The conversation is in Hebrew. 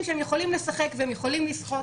שהם יכולים לשחק והם יכולים לסחוט,